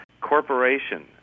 corporation